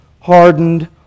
hardened